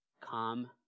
come